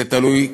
זה תלוי,